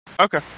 Okay